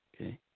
okay